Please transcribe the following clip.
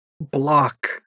block